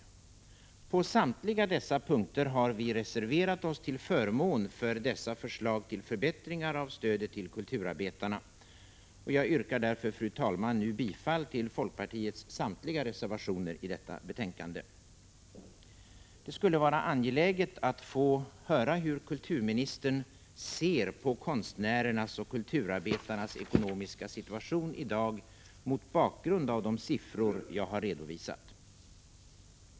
På samtliga dessa punkter har vi reserverat oss till förmån för våra förslag till förbättringar av stödet till kulturarbetarna. Jag yrkar, fru talman, bifall till folkpartiets samtliga reservationer i detta betänkande. Det skulle vara intressant att få höra hur kulturministern ser på konstnärernas och kulturarbetarnas ekonomiska situation i dag mot bakgrund av de siffror jag har redovisat.